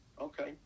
okay